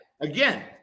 again